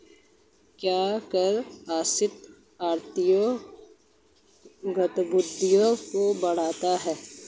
क्या कर आश्रय आर्थिक गतिविधियों को बढ़ाता है?